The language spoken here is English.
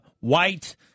white